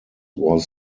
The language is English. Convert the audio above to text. was